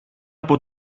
από